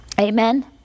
Amen